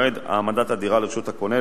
או ממועד העמדת הדירה לרשות הקונה,